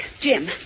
Jim